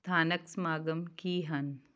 ਸਥਾਨਕ ਸਮਾਗਮ ਕੀ ਹਨ